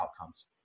outcomes